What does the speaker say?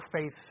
faith